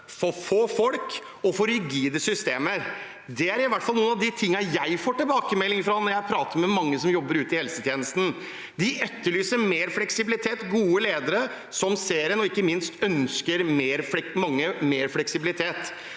få folk og for rigide systemer? Det er i hvert fall noe av det jeg får tilbakemelding om når jeg prater med mange som jobber ute i helsetjenesten. De etterlyser mer fleksibilitet og gode ledere som ser en, og ikke minst ønsker mange mer fleksibilitet.